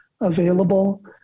available